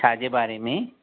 छाजे बारे में